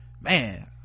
man